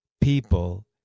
people